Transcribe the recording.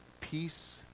peace